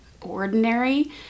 ordinary